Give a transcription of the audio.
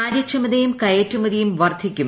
കാര്യക്ഷമതയും കയറ്റുമതിയും വർദ്ധിക്കും